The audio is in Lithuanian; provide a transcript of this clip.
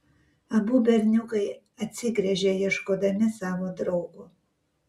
abu berniukai atsigręžė ieškodami savo draugo